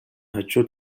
хажуу